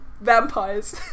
vampires